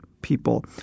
people